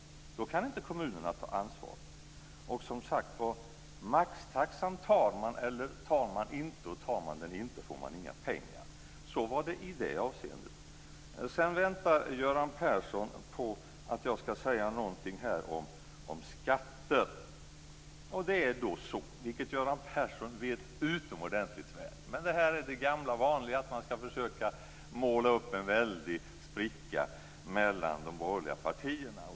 Då kan inte kommunerna ta ansvar. Och, som sagt, maxtaxan tar man eller tar man inte, och tar man den inte så får man inga pengar. Så är det i det avseendet. Sedan väntar Göran Persson på att jag ska säga någonting om skatter. Göran Persson vet det här utomordentligt väl, men det handlar om det gamla vanliga, nämligen om att man ska försöka måla upp en väldig spricka mellan de borgerliga partierna.